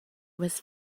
was